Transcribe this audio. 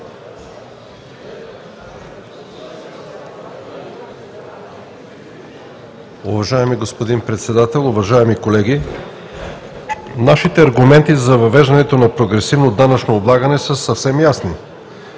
Уважаеми господин Председател, уважаеми колеги! Нашите аргументи за въвеждането на прогресивно данъчно облагане са съвсем ясни.